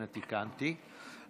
הינה תיקנתי,